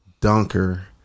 dunker